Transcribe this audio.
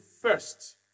first